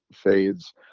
fades